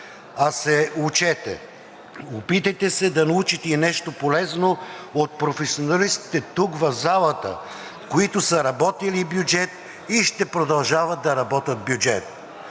а се учете. Опитайте се да научите и нещо полезно от професионалистите тук, в залата, които са работили бюджет и ще продължават да работят бюджет.